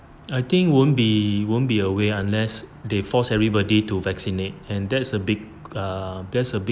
I think won't be won't be away unless they force everybody to vaccinate and that's a big err there's a